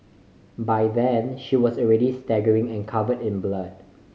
by then she was already staggering and covered in blood